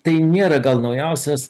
tai nėra gal naujausias